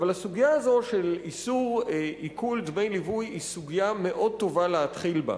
הסוגיה הזאת של איסור עיקול דמי ליווי היא סוגיה מאוד טובה להתחיל בה,